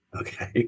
okay